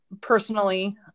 personally